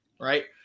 right